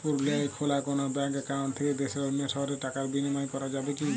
পুরুলিয়ায় খোলা কোনো ব্যাঙ্ক অ্যাকাউন্ট থেকে দেশের অন্য শহরে টাকার বিনিময় করা যাবে কি?